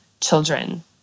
children